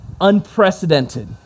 unprecedented